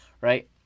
right